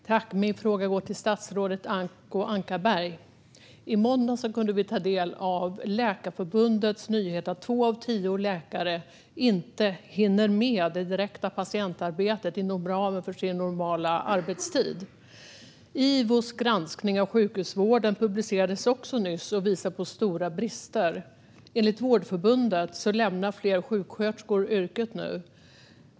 Herr talman! Min fråga går till statsrådet Acko Ankarberg Johansson. I måndags kunde vi ta del av Läkarförbundets nyhet att två av tio läkare inte hinner med det direkta patientarbetet inom ramen för sin normala arbetstid. Ivos granskning av sjukhusvården publicerades också nyss och visar på stora brister. Enligt Vårdförbundet lämnar fler sjuksköterskor yrket nu.